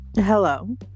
hello